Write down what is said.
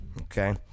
okay